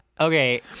okay